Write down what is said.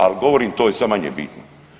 Ali govorim, to je sad manje bitno.